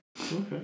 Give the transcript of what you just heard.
Okay